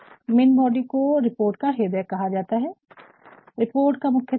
main body को report हृदय कहा जा सकता है रिपोर्ट का मुख्य तत्व